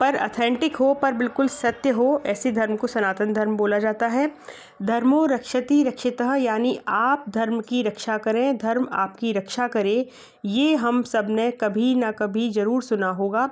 पर अथेंटिक हो पर बिल्कुल सत्य हो ऐसी धर्म को सनातन धर्म बोला जाता है धर्मो रक्षति रक्षितः यानि आप धर्म की रक्षा करें धर्म आपकी रक्षा करे यह हम सबने कभी न कभी ज़रूर सुना होगा